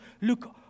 look